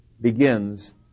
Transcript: begins